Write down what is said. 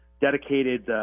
dedicated